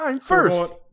First